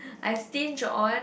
I stinge on